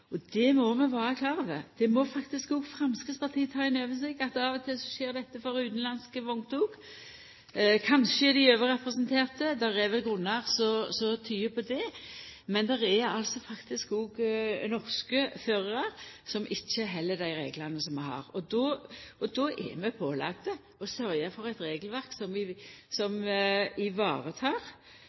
situasjonen. Det må vi vera klare over, og det må faktisk òg Framstegspartiet ta inn over seg, at av og til skjer dette for utanlandske vogntog – kanskje dei er overrepresenterte, det er vel noko som tyder på det, men det er faktisk òg norske førarar som ikkje held dei reglane som vi har. Då er vi pålagde å sørgja for eit regelverk som varetek at vi